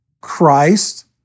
Christ